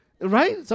right